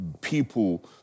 people